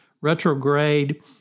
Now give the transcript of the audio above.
retrograde